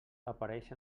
apareix